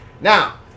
Now